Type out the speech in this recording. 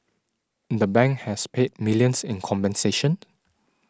the bank has paid millions in compensation